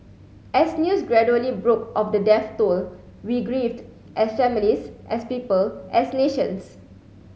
as news gradually broke of the death toll we grieved as families as people as nations